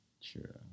sure